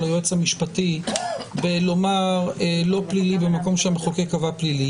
היועץ המשפטי בלומר לא פלילי במקום שמחוקק קבע פלילי.